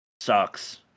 Sucks